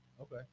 Okay